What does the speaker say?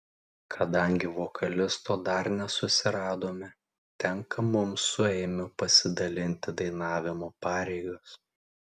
kadangi vokalisto dar nesusiradome tenka mums su eimiu pasidalinti dainavimo pareigas